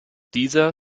dieser